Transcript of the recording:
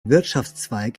wirtschaftszweig